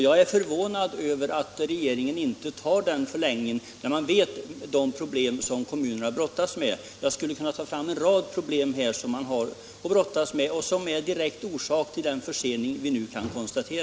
Jag är förvånad över att regeringen inte medger en sådan förlängning när den vet att kommunerna brottas med en mängd problem som är direkt orsak till den försening av daghemsbyggandet som vi nu kan konstatera.